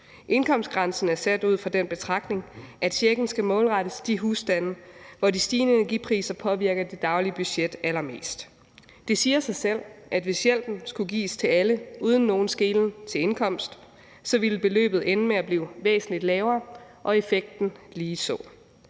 Indkomstgrænsen er sat ud fra den betragtning, at checken skal målrettes de husstande, hvor de stigende energipriser påvirker det daglige budget allermest. Det siger sig selv, at hvis hjælpen skulle gives til alle uden nogen skelen til indkomst, ville beløbet ende med at blive væsentlig lavere og effekten ligeså.